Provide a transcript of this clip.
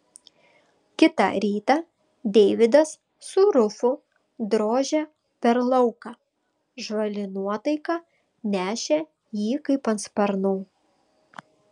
kitą rytą deividas su rufu drožė per lauką žvali nuotaika nešė jį kaip ant sparnų